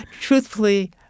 Truthfully